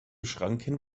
schranken